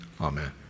amen